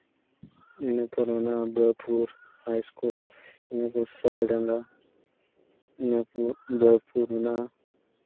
ᱤᱱᱟᱹ ᱯᱚᱨ ᱢᱮᱱᱟᱜᱼᱟ ᱤᱱᱟᱹᱯᱚᱨ ᱥᱚᱨᱟᱭ ᱰᱟᱝᱜᱟ ᱤᱱᱟᱹ ᱯᱚᱨ ᱫᱚ ᱢᱮᱱᱟᱜᱼᱟ